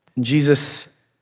Jesus